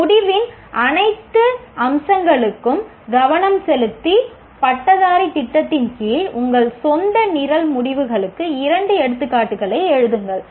ஒரு முடிவின் அனைத்து அம்சங்களுக்கும் கவனம் செலுத்தி பட்டதாரி திட்டத்தின் கீழ் உங்கள் சொந்த நிரல் முடிவுகளுக்கு இரண்டு எடுத்துக்காட்டுகளை எழுதுங்கள்